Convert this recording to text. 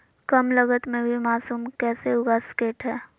कम लगत मे भी मासूम कैसे उगा स्केट है?